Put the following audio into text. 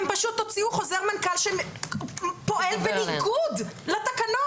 הם פשוט הוציאו חוזר מנכ"ל שפועל בניגוד לתקנות.